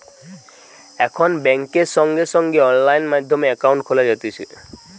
এখন বেংকে সঙ্গে সঙ্গে অনলাইন মাধ্যমে একাউন্ট খোলা যাতিছে